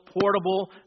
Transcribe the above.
portable